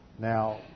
Now